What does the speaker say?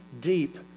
deep